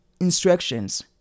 instructions